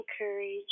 encourage